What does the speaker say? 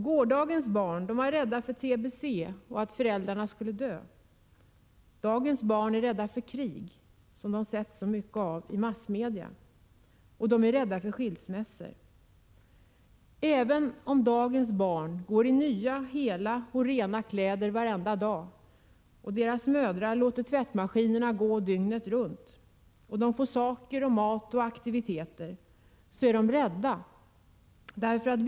Gårdagens barn var rädda för tbe och för att föräldrarna skulle dö. Dagens barn är rädda för krig — som de i massmedia sett så mycket av — och de är också rädda för skilsmässor. Även om dagens barn går i nya, hela och rena kläder varenda dag och deras mödrar låter tvättmaskinerna gå dygnet runt och de får saker, mat och möjligheter till aktiviteter, är de rädda.